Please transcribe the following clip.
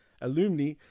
alumni